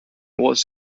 wants